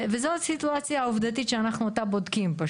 וזו הסיטואציה העובדתית שאנחנו אותה בודקים.